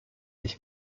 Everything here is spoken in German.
ich